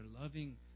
loving